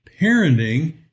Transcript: Parenting